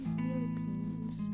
philippines